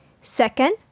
Second